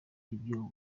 ibyo